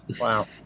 Wow